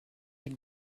den